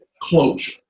closure